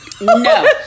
no